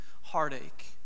heartache